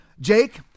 Jake